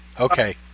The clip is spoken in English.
Okay